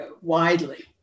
widely